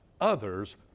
others